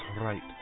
right